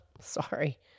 sorry